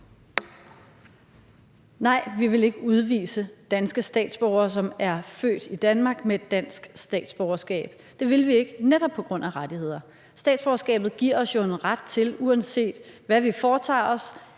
(NB): Vi vil ikke udvise danske statsborgere, som er født i Danmark med et dansk statsborgerskab. Det vil vi ikke netop på grund af rettigheder. Statsborgerskabet giver os jo en ret til, uanset hvad vi foretager os,